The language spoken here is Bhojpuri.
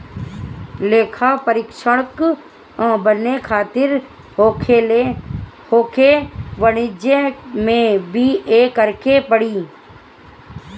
लेखापरीक्षक बने खातिर तोहके वाणिज्यि में बी.ए करेके पड़ी